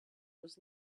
was